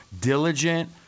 diligent